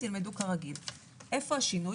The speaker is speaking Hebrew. איפה השינוי?